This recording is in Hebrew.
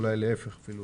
אולי להיפך אפילו,